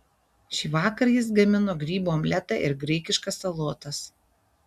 šįvakar jis gamino grybų omletą ir graikiškas salotas